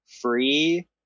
free